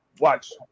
watch